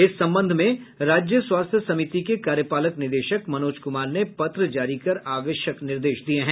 इस संबंध में राज्य स्वास्थ्य समिति के कार्यपालक निदेशक मनोज कुमार ने पत्र जारी कर आवश्यक निर्देश दिये हैं